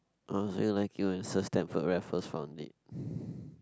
when Sir Stamford Raffles found it